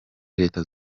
leta